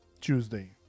Tuesday